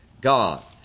God